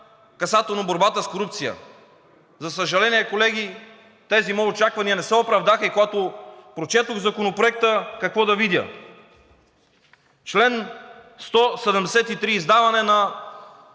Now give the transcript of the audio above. касателно борбата с корупция“. За съжаление, колеги, тези мои очаквания не се оправдаха и когато прочетох Законопроекта – какво да видя? Чл. 173: „Издаване на